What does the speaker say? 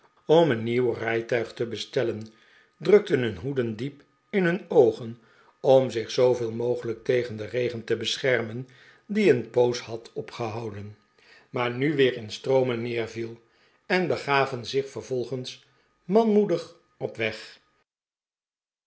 om een nieuw rijtuig te bestellen drukten hun hoederi diep in hun oogen om zich zooveel mogelijk tegeh den regen te beschermen die een poos had opgehouden maar nu weer in stroomen neerviel en begaven zich vervolgens manmoedig op weg